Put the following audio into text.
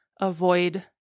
avoid